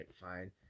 fine